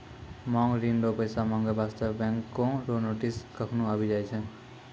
मांग ऋण रो पैसा माँगै बास्ते बैंको रो नोटिस कखनु आबि जाय छै